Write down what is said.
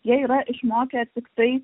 jie yra išmokę tiktai